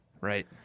Right